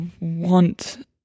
want